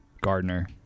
Gardner